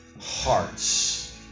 Hearts